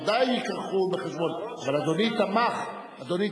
שישה בעד, שניים